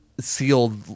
sealed